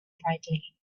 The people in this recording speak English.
brightly